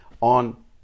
on